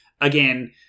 again